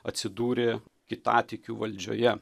atsidūrė kitatikių valdžioje